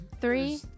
three